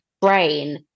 brain